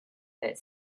that